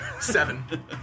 Seven